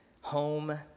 home